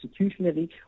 institutionally